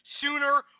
sooner